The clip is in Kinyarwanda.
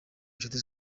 nshuti